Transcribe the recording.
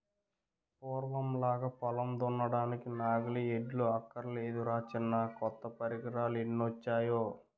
పూర్వంలాగా పొలం దున్నడానికి నాగలి, ఎడ్లు అక్కర్లేదురా చిన్నా కొత్త పరికరాలెన్నొచ్చేయో